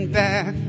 back